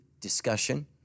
discussion